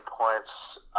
points